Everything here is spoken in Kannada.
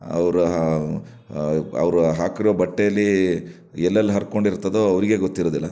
ಅವರ ಅವರು ಹಾಕಿರೋ ಬಟ್ಟೆಯಲ್ಲಿ ಎಲ್ ಎಲ್ಲಿ ಹರ್ಕೊಂಡು ಇರ್ತದೋ ಅವರಿಗೇ ಗೊತ್ತಿರೋದಿಲ್ಲ